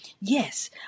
Yes